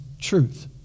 truth